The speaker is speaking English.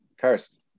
cursed